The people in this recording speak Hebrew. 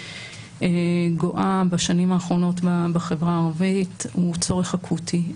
וגואה בשנים האחרונות בחברה הערבית הוא צורך אקוטי.